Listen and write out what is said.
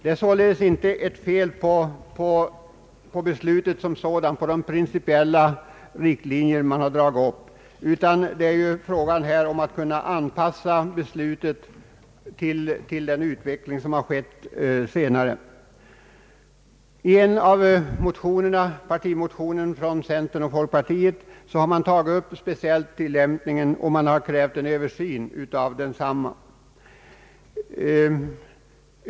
Det är således inte något fel på beslutet som sådant eller på de principiella riktlinjer man dragit upp. Det gäller att kunna anpassa beslutet till den utveckling som har skett senare. I centerns och folkpartiets partimotioner har man tagit upp speciellt tilllämpningen och krävt en översyn av denna.